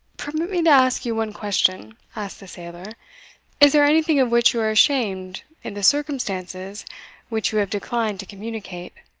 permit me to ask you one question, asked the sailor is there anything of which you are ashamed in the circumstances which you have declined to communicate.